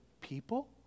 people